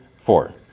four